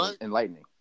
enlightening